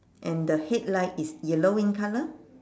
and the headlight is yellow in colour